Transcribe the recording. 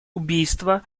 убийство